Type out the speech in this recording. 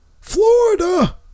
Florida